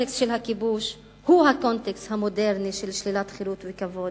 הקונטקסט של הכיבוש הוא הקונטקסט המודרני של שלילת חירות וכבוד,